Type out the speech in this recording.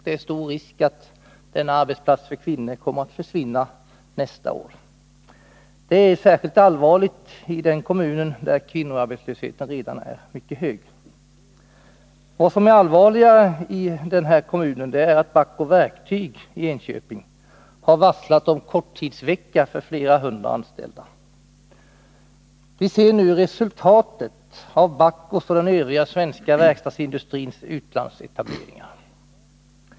Det är stor risk för att denna arbetsplats för kvinnor kommer att försvinna nästa år. Det är särskilt allvarligt i den kommunen, där kvinnoarbetslösheten redan är mycket hög. Vad som är allvarligare i denna kommun är att Bahco Verktyg i Enköping har varslat om korttidsvecka för flera hundra anställda. Vi ser nu resultatet av Bahcos och den övriga svenska verkstadsindustrins utlandsetableringar.